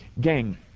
Gang